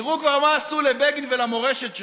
תראו כבר מה עשו לבגין ולמורשת שלו,